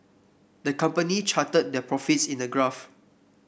the company charted their profits in a graph